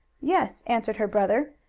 yes, answered her brother,